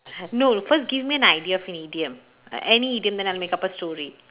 no first give me an idea for an idiom like any idiom then I'll make up a story